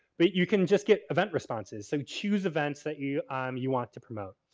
but you can just get event responses. so, choose events that you um you want to promote.